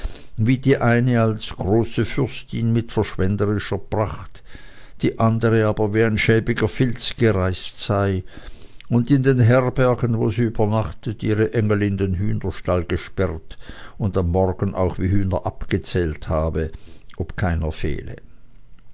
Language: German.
wie die eine als große fürstin mit verschwenderischer pracht die andere aber wie ein schäbiger filz gereist sei und in den herbergen wo sie übernachtet ihre engel in den hühnerstall gesperrt und am morgen auch wie hühner abgezählt habe ob keiner fehle